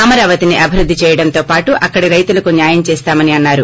అమరావతిని అభివృద్ధి చేయడంతో పాటు అక్కడి రైతులకు న్యాయం చేస్తామని అన్నారు